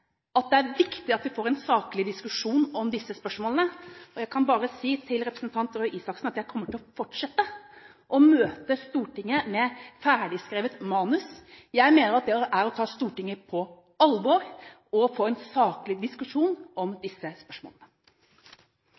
kan bare si til representanten Røe Isaksen at jeg kommer til å fortsette å møte Stortinget med ferdigskrevet manus. Jeg mener at det er å ta Stortinget på alvor, at man får en faglig diskusjon om disse spørsmålene.